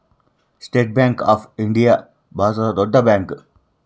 state Bank of India ಭಾರತದ ದೊಡ್ಡ bank